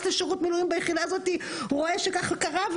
לשירות מילואים ביחידה הזאת רואה שככה קרה,